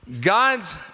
God's